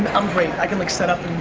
i'm great. i can like set up